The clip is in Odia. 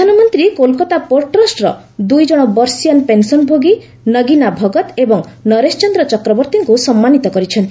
ପ୍ରଧାନମନ୍ତ୍ରୀ କୋଲକାତା ପୋର୍ଟ ଟ୍ରଷ୍ଟର ଦୁଇଜଣ ବର୍ଷିଆନ ପେନ୍ସନ୍ଭୋଗୀ ନଗିନା ଭଗତ ଏବଂ ନରେଶ ଚନ୍ଦ୍ର ଚକ୍ରବର୍ତ୍ତୀଙ୍କୁ ସମ୍ମାନିତ କରିଛନ୍ତି